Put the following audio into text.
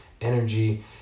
energy